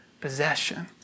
possession